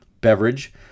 beverage